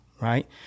right